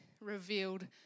revealed